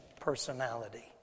personality